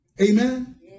Amen